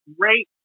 great